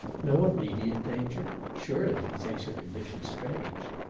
no immediate danger? surely he thinks her condition strange!